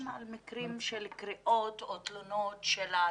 על מקרים של קריאות או תלונות של הציבור,